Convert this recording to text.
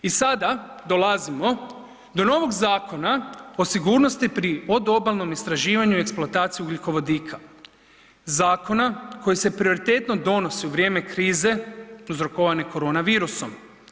I sada dolazimo do novog Zakona o sigurnosti pri odobalnom istraživanju i eksploataciji ugljikovodika, zakona koji se prioritetno donosi u vrijeme krize uzrokovane korona virusom.